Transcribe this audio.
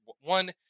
one